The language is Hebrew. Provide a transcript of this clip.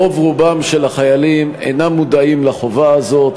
רוב החיילים אינם מודעים לחובה הזאת.